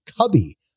cubby